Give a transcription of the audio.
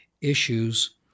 issues